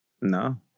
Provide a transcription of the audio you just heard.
No